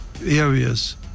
areas